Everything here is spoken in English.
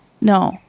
no